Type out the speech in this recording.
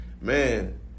man